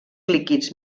líquids